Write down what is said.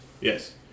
Yes